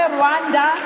Rwanda